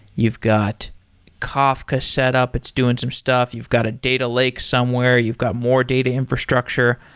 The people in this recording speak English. you've got kafka set up, it's doing some stuff, you've got a data lake somewhere, you've got more data infrastructure.